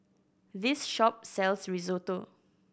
this shop sells Risotto